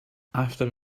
after